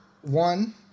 one